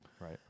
Right